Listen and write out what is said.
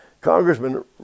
Congressman